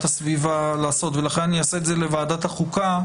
הסביבה ולכן אני אעשה את זה בוועדת החוקה,